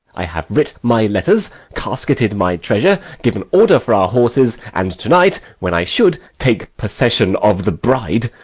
i have writ my letters, casketed my treasure, given order for our horses and to-night, when i should take possession of the bride,